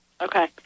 Okay